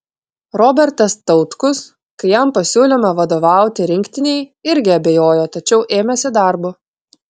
robertas tautkus kai jam pasiūlėme vadovauti rinktinei irgi abejojo tačiau ėmėsi darbo